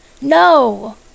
No